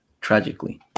tragically